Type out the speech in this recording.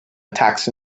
attacks